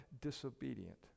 disobedient